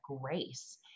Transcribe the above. grace